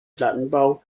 plattenbau